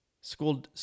School